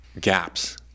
gaps